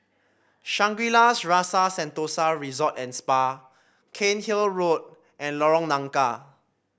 Shangri La's Rasa Sentosa Resort and Spa Cairnhill Road and Lorong Nangka